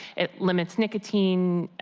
it limits nicotine,